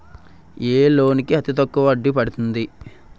ఏ loan కి అతి తక్కువ వడ్డీ పడుతుంది?